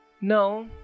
No